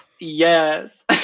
Yes